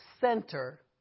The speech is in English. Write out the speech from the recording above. center